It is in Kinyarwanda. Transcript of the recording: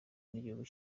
n’igihugu